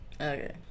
okay